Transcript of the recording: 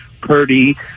Purdy